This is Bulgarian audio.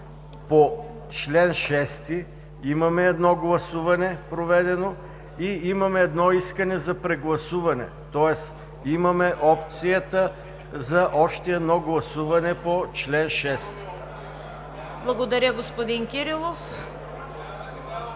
Благодаря, господин Кирилов.